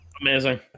Amazing